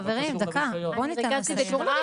חברים דקה, בואו ניתן לה לסיים.